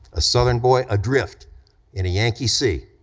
a southern boy adrift in a yankee sea.